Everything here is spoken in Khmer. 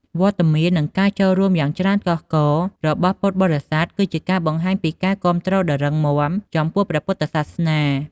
វត្តមាន និងការចូលរួមយ៉ាងច្រើនកុះកររបស់ពុទ្ធបរិស័ទ គឺជាការបង្ហាញពីការគាំទ្រដ៏រឹងមាំចំពោះព្រះពុទ្ធសាសនា។